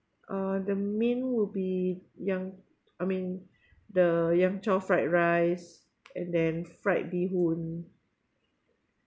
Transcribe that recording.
uh the main will be yang I mean the yang chow fried rice and then fried beehoon